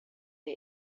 der